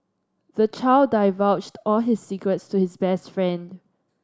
the child divulged all his secrets to his best friend